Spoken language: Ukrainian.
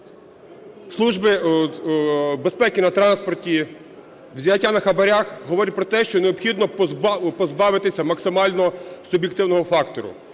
служби безпеки на транспорті, взяттям на хабарах, говорить про те, що необхідно позбавитися максимально суб'єктивного фактору.